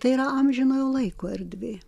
tai yra amžinojo laiko erdvė